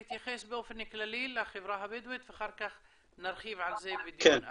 להתייחס באופן כללי לחברה הבדואית ואחר כך נרחיב על זה בדיון אחר.